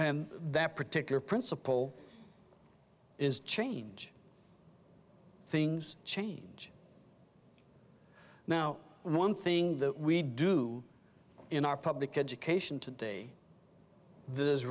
that particular principle is change things change now one thing that we do in our public education today th